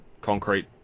concrete